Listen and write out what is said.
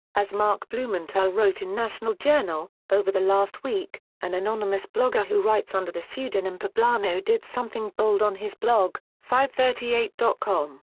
as mark blumenthal wrote in national journal, over the last week, an anonymous blogger who writes under the pseudonym poblano did something bold on his blog, fivethirtyeight com.